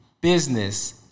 business